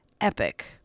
epic